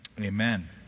amen